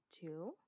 two